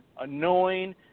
annoying